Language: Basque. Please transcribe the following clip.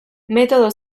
metodo